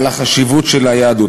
על החשיבות של היהדות.